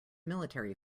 military